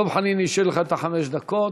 דב חנין השאיר לך את חמש הדקות.